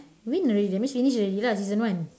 win already that means finish already lah season one